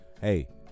Hey